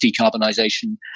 decarbonisation